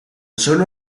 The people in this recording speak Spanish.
solo